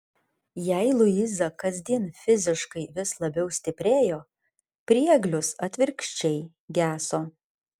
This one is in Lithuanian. jei luiza kasdien fiziškai vis labiau stiprėjo prieglius atvirkščiai geso